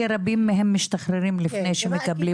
רבים מהם משתחררים לפני שהם מקבלים אפילו --- כן,